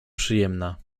przyjemna